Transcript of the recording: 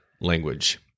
language